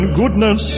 goodness